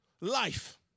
life